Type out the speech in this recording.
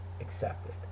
accepted